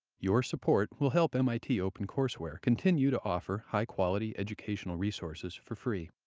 your support will help mit opencourseware continue to offer high quality educational resources for free.